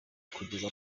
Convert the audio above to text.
kugeza